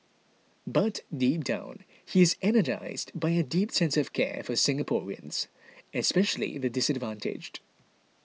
but deep down he is energised by a deep sense of care for Singaporeans especially the disadvantaged